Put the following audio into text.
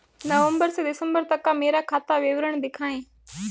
नवंबर से दिसंबर तक का मेरा खाता विवरण दिखाएं?